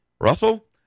Russell